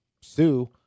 Sue